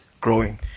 growing